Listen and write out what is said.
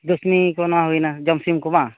ᱫᱩᱥᱢᱤ ᱠᱚ ᱚᱱᱟ ᱦᱩᱭᱮᱱᱟ ᱡᱚᱢ ᱥᱤᱢ ᱠᱚ ᱵᱟᱝ